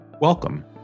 Welcome